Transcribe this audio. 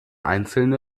einzelne